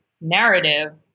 narrative